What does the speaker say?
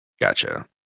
Gotcha